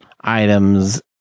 items